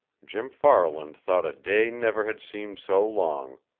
jim farland thought a day never had seemed so long.